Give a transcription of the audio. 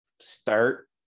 start